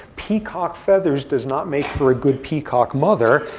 peacock feathers does not make for a good peacock mother.